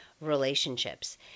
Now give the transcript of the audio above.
relationships